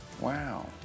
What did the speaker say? Wow